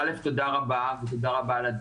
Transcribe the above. א', תודה רבה על הדיון.